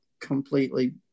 completely